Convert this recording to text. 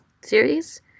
series